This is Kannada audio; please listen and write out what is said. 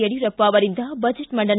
ಯಡಿಯೂರಪ್ಪ ಅವರಿಂದ ಬಜೆಟ್ ಮಂಡನೆ